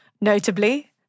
notably